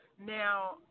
Now